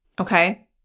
okay